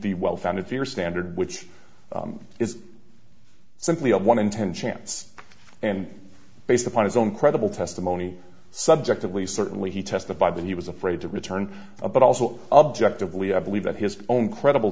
the well founded fear standard which is simply a one in ten chance and based upon his own credible testimony subjectively certainly he testified that he was afraid to return but also objectively i believe that his own credible